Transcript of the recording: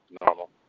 Normal